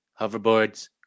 Hoverboards